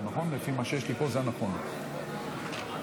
נעבור לנושא הבא,